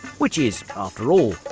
which is, after all,